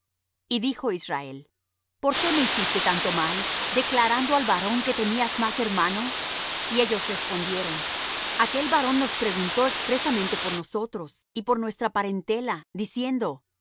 y dijo israel por qué me hicisteis tanto mal declarando al varón que teníais más hermano y ellos respondieron aquel varón nos preguntó expresamente por nosotros y por nuestra parentela diciendo